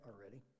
already